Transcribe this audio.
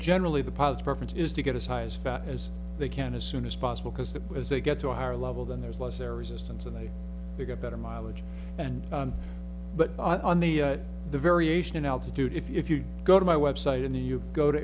generally the pilots preference is to get as high as fat as they can as soon as possible because that as they get to a higher level then there's less air resistance and they may get better mileage and but on the the variation in altitude if you go to my web site in the you go to